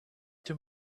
too